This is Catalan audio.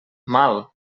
mal